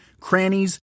crannies